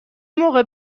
موقع